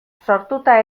sortuta